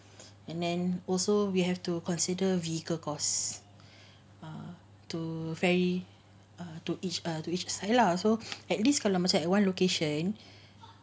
and then also we have to consider vehicle costs err to ferry to each other to each side lah so at least kalau macam at one location